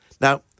Now